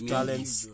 Talents